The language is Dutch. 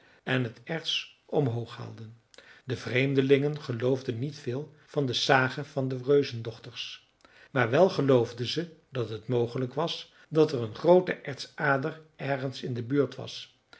en het erts omhoog haalden de vreemdelingen geloofden niet veel van de sage van de reuzendochters maar wel geloofden ze dat het mogelijk was dat er een groote ertsader ergens in de buurt was